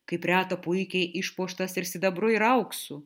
kaip reta puikiai išpuoštas ir sidabru ir auksu